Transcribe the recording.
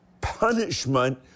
punishment